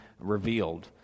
revealed